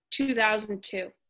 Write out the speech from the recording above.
2002